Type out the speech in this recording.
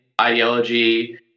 ideology